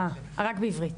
רק בעברית.